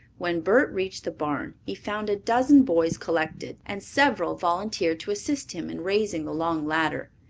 when bert reached the barn he found a dozen boys collected, and several volunteered to assist him in raising the long ladder.